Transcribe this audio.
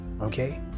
Okay